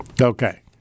okay